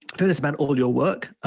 first about all your work,